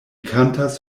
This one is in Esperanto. kantas